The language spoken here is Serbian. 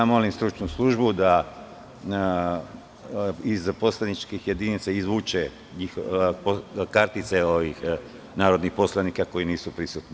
Molim stručnu službu da iz poslaničkih jedinica izvuče kartice narodnih poslanika koji nisu prisutni.